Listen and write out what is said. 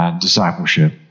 discipleship